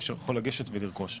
יכול לגשת ולרכוש.